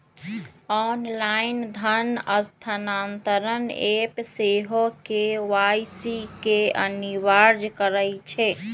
online धन स्थानान्तरण app सेहो के.वाई.सी के अनिवार्ज करइ छै